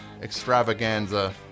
extravaganza